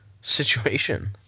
situation